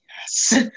yes